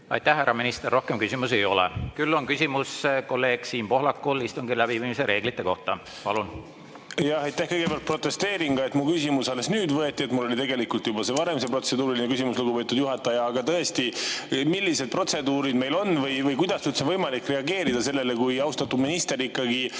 Aitäh, härra minister! Rohkem küsimusi ei ole. Küll on küsimus kolleeg Siim Pohlakul istungi läbiviimise reeglite kohta. Palun! Aitäh! Kõigepealt protesteerin, et mu küsimus alles nüüd võeti. Mul oli tegelikult juba varem see protseduuriline küsimus, lugupeetud juhataja. Aga tõesti, millised protseduurid meil on või kuidas üldse on võimalik reageerida sellele, kui austatud minister ikkagi